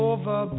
Over